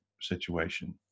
situation